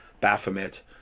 Baphomet